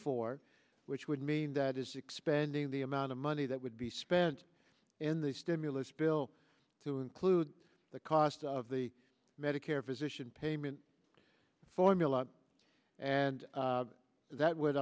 for which would mean that is expanding the amount of money that would be spent in the stimulus bill to include the cost of the medicare physician payment formula and that would